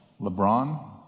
LeBron